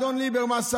אדון ליברמס,